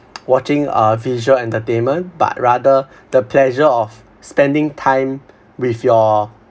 watching a visual entertainment but rather the pleasure of spending time with your